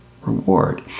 reward